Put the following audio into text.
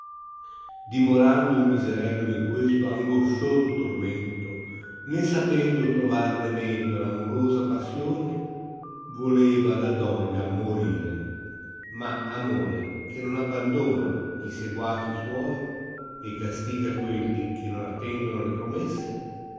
dimorando il miserello in questo angoscioso tormento né sapendo trovar remedio all'amorosa passione voleva da doglia morire ma amore che non abbandona gli seguaci suoi e castiga quelli che non attendono alle promesse